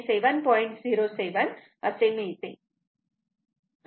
07 असे मिळते